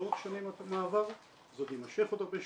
לא רק שנים של מעבר, זה עוד יימשך עוד הרבה שנים,